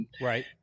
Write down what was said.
Right